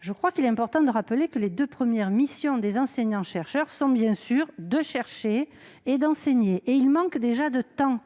je crois qu'il est important de rappeler que les deux premières missions des enseignants-chercheurs sont bien sûr de chercher et d'enseigner. Ils manquent déjà de temps